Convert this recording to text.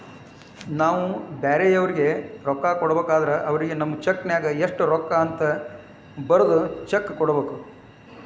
ನಾವು ಬ್ಯಾರೆಯವರಿಗೆ ರೊಕ್ಕ ಕೊಡಬೇಕಾದ್ರ ಅವರಿಗೆ ನಮ್ಮ ಚೆಕ್ ನ್ಯಾಗ ಎಷ್ಟು ರೂಕ್ಕ ಅಂತ ಬರದ್ ಚೆಕ ಕೊಡಬೇಕ